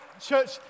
church